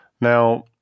Now